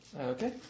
Okay